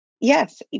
Yes